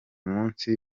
munsi